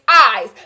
eyes